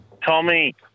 Tommy